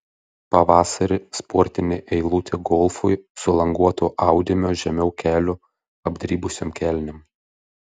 pavasarį sportinė eilutė golfui su languoto audinio žemiau kelių apdribusiom kelnėm